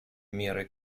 меры